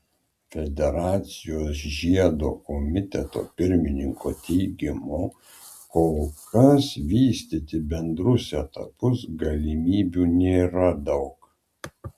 federacijos žiedo komiteto pirmininko teigimu kol kas vystyti bendrus etapus galimybių nėra daug